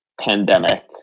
pandemic